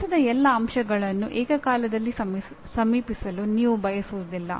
ವಿನ್ಯಾಸದ ಎಲ್ಲಾ ಅಂಶಗಳನ್ನು ಏಕಕಾಲದಲ್ಲಿ ಸಮೀಪಿಸಲು ನೀವು ಬಯಸುವುದಿಲ್ಲ